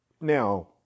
Now